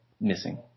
missing